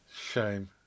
Shame